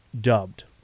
dubbed